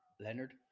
Leonard